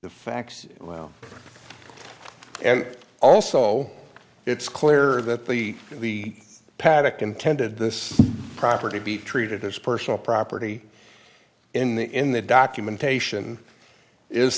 the facts and also it's clear that the the paddock intended this property be treated as personal property in the in the documentation is